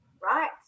right